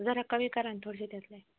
जरा कमी करा ना थोडेसे त्यातले